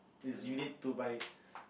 it's you need to buy